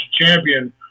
champion